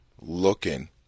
looking